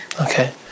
Okay